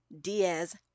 Diaz